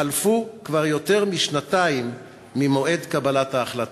חלפו כבר יותר משנתיים ממועד קבלת ההחלטה.